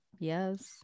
Yes